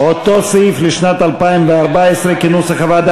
לשנת התקציב 2013, נתקבל.